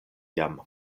jam